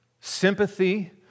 sympathy